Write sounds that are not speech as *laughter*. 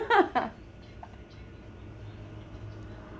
*laughs*